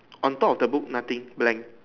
on top of the book nothing blank